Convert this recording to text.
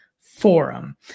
forum